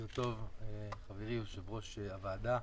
חברי יושב ראש הוועדה,